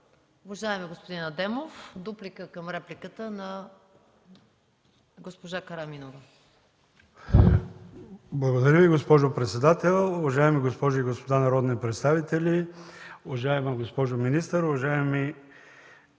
Уважаеми господин Адемов, дуплика към реплика на госпожа Караминова. МИНИСТЪР ХАСАН АДЕМОВ: Благодаря Ви, госпожо председател. Уважаеми госпожи и господа народни представители, уважаема госпожо министър, уважаеми